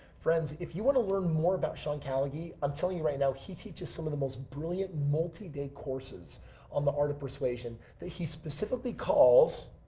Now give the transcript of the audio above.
friends, if you want to learn more about sean callagy, i'm telling you right now, he teaches some of the most brilliant multi-day courses on the art of persuasion that he specifically calls.